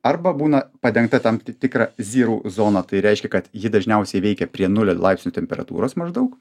arba būna padengta tam tikra zyru zona tai reiškia kad ji dažniausiai veikia prie nulio laipsnių temperatūros maždaug